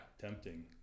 Tempting